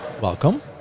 Welcome